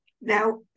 now